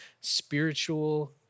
spiritual